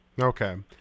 Okay